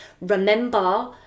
remember